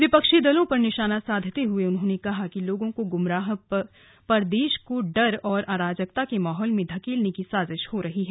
विपक्षी दलों पर निधाना साधते हुए उन्होंने कहा कि लोगों को गुमराह पर देश को डर और अराजकता के माहौल में धकेलने की साजिश हो रही है